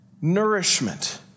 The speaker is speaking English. nourishment